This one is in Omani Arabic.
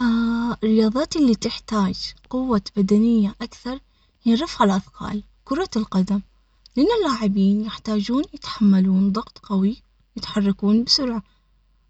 آه، الرياضات اللي تحتاج قوة بدنية أكثر من رفع الأثقال، كرة القدم من اللاعبين يحتاجون يتحملون ضغط قوي يتحركون بسرعة،